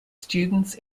students